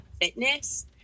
fitness